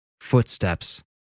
Footsteps